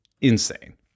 insane